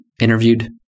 interviewed